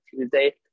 Tuesday